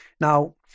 now